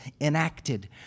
enacted